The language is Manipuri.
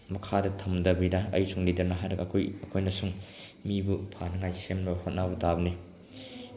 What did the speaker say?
ꯃꯈꯥꯗ ꯊꯝꯗꯕꯤꯗ ꯑꯩꯁꯨ ꯂꯤꯗꯔꯅꯤ ꯍꯥꯏꯅ ꯑꯩꯈꯣꯏ ꯑꯩꯈꯣꯏꯅꯁꯨ ꯃꯤꯕꯨ ꯐꯥꯅꯤꯡꯉꯥꯏ ꯁꯦꯝꯅꯕ ꯍꯣꯠꯅꯕ ꯇꯥꯕꯅꯤ